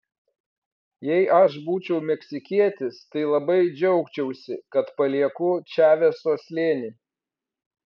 jei aš būčiau meksikietis tai labai džiaugčiausi kad palieku čaveso slėnį